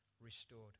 restored